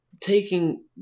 taking